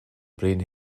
brain